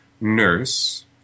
nurse